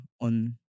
on